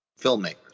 filmmakers